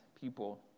people